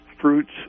fruits